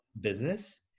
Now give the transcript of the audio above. business